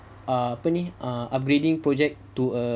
apa ni upgrading project to a